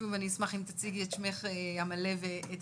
שוב אני אשמח אם תציגי את שמך המלא ואת